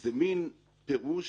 זה מין פירוש